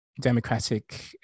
democratic